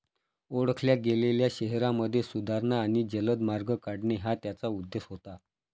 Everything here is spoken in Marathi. ओळखल्या गेलेल्या शहरांमध्ये सुधारणा आणि जलद मार्ग काढणे हा त्याचा उद्देश होता